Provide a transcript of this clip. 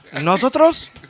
Nosotros